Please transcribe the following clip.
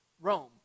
Rome